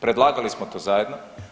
Predlagali smo to zajedno.